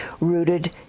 rooted